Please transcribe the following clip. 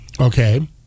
Okay